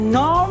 no